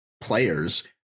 players